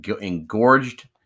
engorged